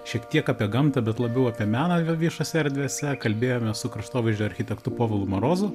šiek tiek apie gamtą bet labiau apie meną viešose erdvėse kalbėjomės su kraštovaizdžio architektu povilu marozu